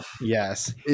Yes